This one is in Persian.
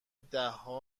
دهها